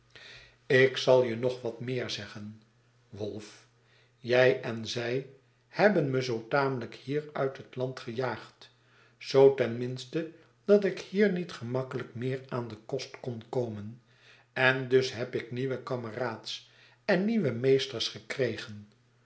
ik zal je nog wat meer zeggen wolf jij en zij hebben me zoo tamelijk hier uit het land gejaagd zoo ten minste dat ik hier niet gemakkelijk meer aan den kost kon komen en dus heb ik nieuwe kameraads en nieuwe meesters gekregen